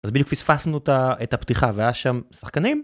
אז בדיוק פספסנו את הפתיחה והיה שם שחקנים.